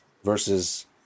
versus